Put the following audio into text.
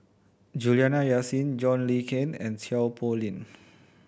Juliana Yasin John Le Cain and Seow Poh Leng